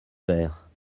verre